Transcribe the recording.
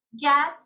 get